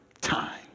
time